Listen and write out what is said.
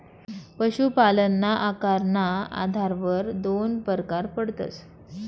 पशुपालनना आकारना आधारवर दोन परकार पडतस